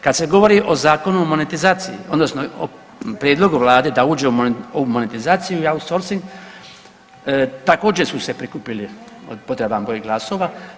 Kad se govori o zakonu, o monetizaciji odnosno o prijedlogu vlade da uđe u monetizaciju i outsorsing također su se prikupili potreban broj glasova.